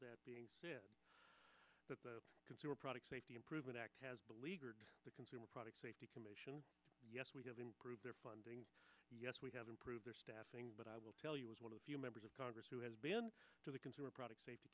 that being that the consumer products safety improvement act has beleaguered the consumer product safety commission yes we have improved their funding yes we have improved their staffing but i will tell you as one of the few members of congress who has been to the consumer product safety